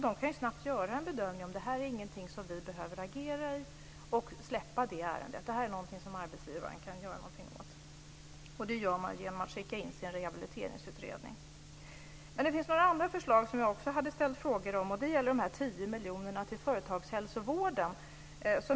De kan ju snabbt bedöma om det är ett ärende som de inte behöver agera i. De kan då släppa ärendet om de bedömer att det är något som arbetsgivaren kan göra något åt, och det gör man genom att skicka in sin rehabiliteringsutredning. Det finns några andra förslag som jag också hade ställt frågor om. Det gäller de 10 miljonerna till företagshälsovården.